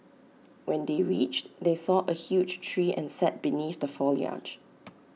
when they reached they saw A huge tree and sat beneath the foliage